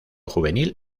juvenil